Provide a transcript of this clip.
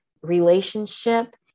relationship